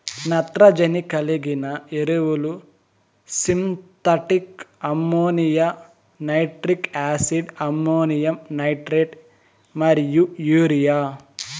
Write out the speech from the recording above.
నత్రజని కలిగిన ఎరువులు synthetic ammonia, nitric acid, ammonium nitrate మరియు యూరియా